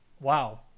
wow